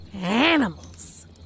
Animals